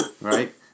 right